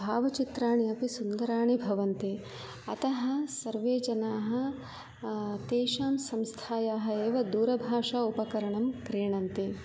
भावचित्राणि अपि सुन्दराणि भवन्ति अतः सर्वे जनाः तेषां संस्थायाः एव दूरभाषा उपकरणं क्रीणन्ति